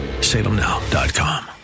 Salemnow.com